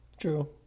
true